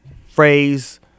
phrase